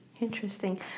interesting